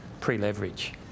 pre-leverage